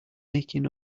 making